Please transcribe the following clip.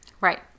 Right